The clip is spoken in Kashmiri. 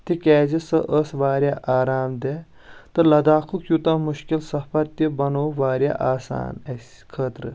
تِکیٛازِ سۄ ٲس واریاہ آرام دٖیٚہہ تہٕ لداخُک یوٗتاہ مشکٕل سفر تہِ بنٛوو واریاہ آسان اسہِ خٲطرٕ